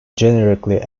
generically